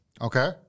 okay